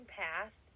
past